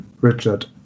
Richard